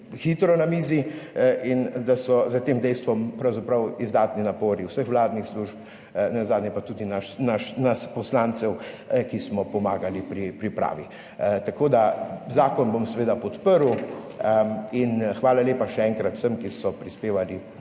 hitro na mizi in da so za tem dejstvom pravzaprav izdatni napori vseh vladnih služb, nenazadnje pa tudi nas poslancev, ki smo pomagali pri pripravi. Zakon bom seveda podprl. Hvala lepa še enkrat vsem, ki so prispevali